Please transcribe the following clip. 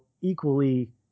equally